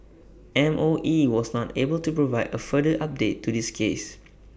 M O E was not able to provide A further update to this case